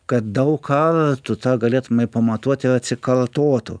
kad daug ką tu tą galėtumei pamatuoti ir atsikartotų